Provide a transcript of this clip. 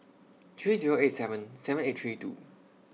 three Zero eight seven seven eight three two